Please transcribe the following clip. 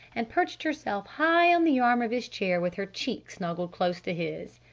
and perched herself high on the arm of his chair with her cheek snuggled close to his.